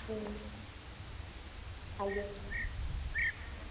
ହଁ ଆଜ୍ଞା